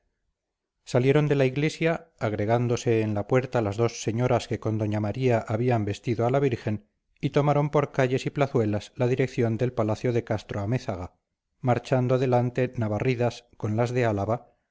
salieron de la iglesia agregándose en la puerta las dos señoras que con doña maría habían vestido a la virgen y tomaron por calles y plazuelas la dirección del palacio de castro-amézaga marchando delante navarridas con las de álava